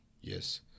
Yes